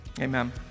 amen